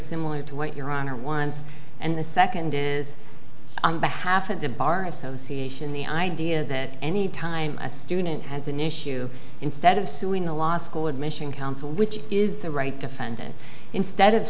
similar to what your honor wants and the second is on behalf of the bar association the idea that any time a student has an issue instead of suing the law school admission council which is the right defendant instead of